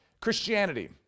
Christianity